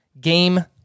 game